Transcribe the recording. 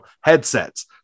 headsets